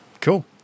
Cool